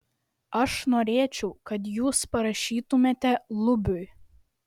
aš norėčiau kad jūs parašytumėte lubiui